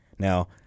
Now